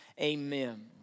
Amen